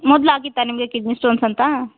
ಮೊದ್ಲು ಆಗಿತ್ತಾ ನಿಮಗೆ ಕಿಡ್ನಿ ಸ್ಟೋನ್ಸ್ ಅಂತಾ